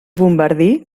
bombardí